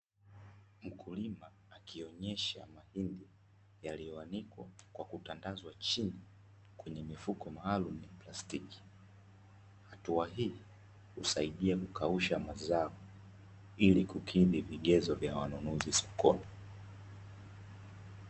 Mkulima akionyesha mahindi yaliyoanikwa kwa kutandazwa chini kwenye mifuko maalumu ya plastiki. Hatua hii husaididia kukausha mazao, ili kukidhi vigezo vya wanunuzi sokoni.